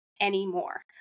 anymore